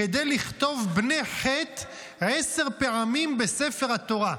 כדי לכתוב בני חת עשר פעמים בספר התורה,